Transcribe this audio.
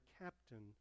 captain